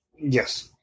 Yes